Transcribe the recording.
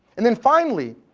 and then finally,